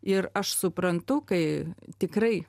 ir aš suprantu kai tikrai